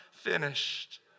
Finished